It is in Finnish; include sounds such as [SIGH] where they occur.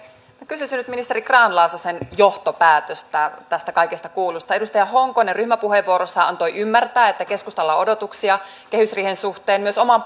kysyisin nyt ministeri grahn laasosen johtopäätöstä tästä kaikesta kuullusta edustaja honkonen ryhmäpuheenvuorossa antoi ymmärtää että keskustalla on odotuksia kehysriihen suhteen myös oman [UNINTELLIGIBLE]